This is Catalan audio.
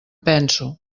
penso